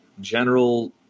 general